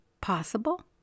possible